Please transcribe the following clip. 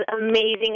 amazing